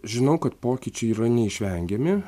žinau kad pokyčiai yra neišvengiami